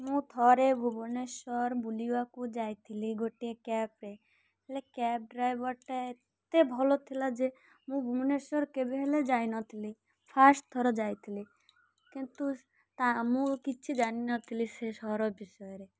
ମୁଁ ଥରେ ଭୁବନେଶ୍ୱର ବୁଲିବାକୁ ଯାଇଥିଲି ଗୋଟିଏ କ୍ୟାବ୍ରେ ହେଲେ କ୍ୟାବ୍ ଡ୍ରାଇଭର୍ଟା ଏତେ ଭଲ ଥିଲା ଯେ ମୁଁ ଭୁବନେଶ୍ୱର କେବେ ହେଲେ ଯାଇନଥିଲି ଫାର୍ଷ୍ଟ ଥର ଯାଇଥିଲି କିନ୍ତୁ ମୁଁ କିଛି ଜାଣିନଥିଲି ସେ ସହର ବିଷୟରେ